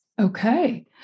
Okay